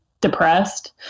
depressed